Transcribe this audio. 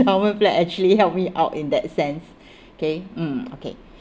~dowment plan actually help me out in that sense okay mm okay